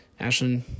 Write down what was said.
Ashlyn